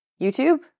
YouTube